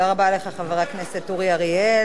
תודה רבה לך, חבר הכנסת אורי אריאל.